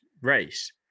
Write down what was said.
race